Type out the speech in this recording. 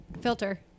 Filter